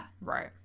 Right